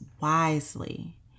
wisely